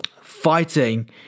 fighting